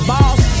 Boss